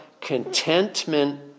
contentment